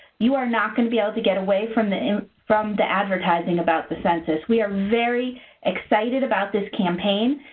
you are not going to be able to get away from the from the advertising about the census. we are very excited about this campaign.